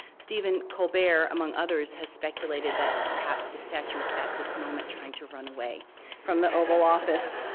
stephen colbert, among others, has speculated that perhaps the statue is, at this moment, trying to run away from the oval office.